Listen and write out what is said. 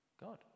God